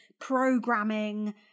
programming